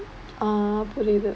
ah புரிது:purithu